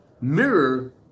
mirror